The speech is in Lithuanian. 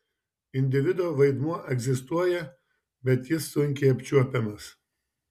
individo vaidmuo egzistuoja bet jis sunkiai apčiuopiamas